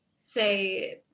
say